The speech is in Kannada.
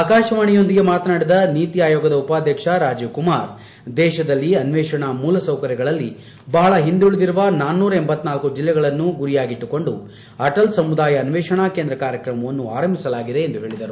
ಆಕಾಶವಾಣಿಯೊಂದಿಗೆ ಮಾತನಾಡಿದ ನೀತಿ ಆಯೋಗದ ಉಪಾಧ್ಯಕ್ಷ ರಾಜೀವ್ ಕುಮಾರ್ ದೇಶದಲ್ಲಿ ಅನ್ಲೇಷಣಾ ಮೂಲಸೌಕರ್ಯಗಳಲ್ಲಿ ಬಹಳ ಹಿಂದುಳಿದಿರುವ ಳಲಳ ಜಿಲ್ಲೆಗಳನ್ನು ಗುರಿಯಾಗಿಟ್ಟುಕೊಂಡು ಅಟಲ್ ಸಮುದಾಯ ಅನ್ನೇಷಣಾ ಕೇಂದ್ರ ಕಾರ್ಯಕ್ರಮವನ್ನು ಆರಂಭಿಸಲಾಗಿದೆ ಎಂದು ಹೇಳಿದರು